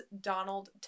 Donald